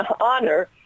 honor